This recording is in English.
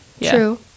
true